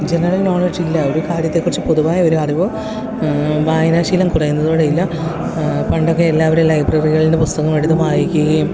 general knowledge ഇല്ല ഒരു കാര്യത്തെക്കുറിച്ചും പൊതുവായ ഒരറിവോ വായനാശീലം കുറയുന്നതിലൂടെയില്ലാ പണ്ടൊക്കെ എല്ലാവരും ലൈബ്രറികളിൽ നിന്ന് പുസ്തകം എടുത്ത് വായിക്കുകയും